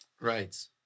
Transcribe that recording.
right